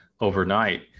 overnight